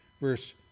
verse